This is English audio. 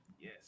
Yes